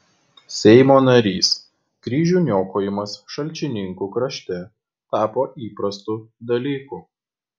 seimo narys kryžių niokojimas šalčininkų krašte tapo įprastu dalyku